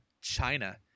China